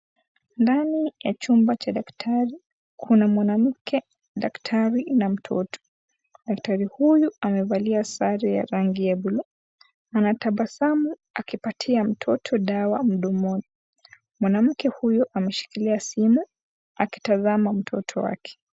Ndani ya chumba cha daktari kuna mwanamke , daktari na mtoto. Daktari huyu amevalia sare ya rangi ya bluu, anatabasamu akipatia mtoto dawa mdomoni. Mwanamke huyu ameshikilia simu akitazama mtoto wake.